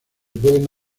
pueden